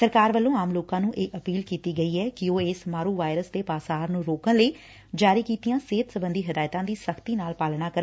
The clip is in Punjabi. ਸਰਕਾਰ ਵੱਲੋ ਆਮ ਲੋਕਾਂ ਨੂੰ ਇਹ ਅਪੀਲ ਕੀਤੀ ਗਈ ਐ ਕਿ ਉਹ ਇਸ ਮਾਰੁ ਵਾਇਰਸ ਦੇ ਪਾਸਾਰ ਨੂੰ ਰੋਕਣ ਲਈ ਜਾਰੀ ਕੀਤੀਆਂ ਸਿਹਤ ਸਬੰਧੀ ਹਦਾਇਤਾਂ ਦੀ ਸਖ਼ਤੀ ਨਾਲ ਪਾਲਣਾ ਕਰਨ